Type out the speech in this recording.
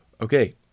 Okay